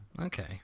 Okay